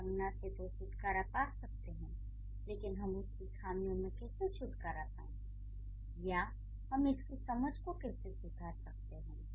हम संज्ञा से तो छुटकारा पा सकते हैं लेकिन हम उसकी खामियों से कैसे छुटकारा पाएँ या हम इसकी समझ को कैसे सुधार सकते हैं